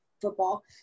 football